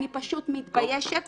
אני פשוט מתביישת.